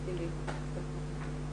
היועצת מתוקף החוק מוגדרת כתפקיד סטטוטורי.